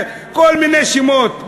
כל מיני שמות.